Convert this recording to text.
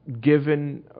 given